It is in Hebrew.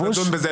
אנחנו נדון בזה.